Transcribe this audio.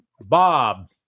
Bob